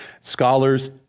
scholars